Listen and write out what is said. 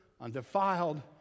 undefiled